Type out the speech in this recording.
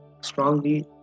strongly